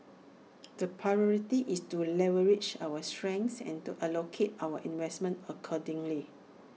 the priority is to leverage our strengths and to allocate our investments accordingly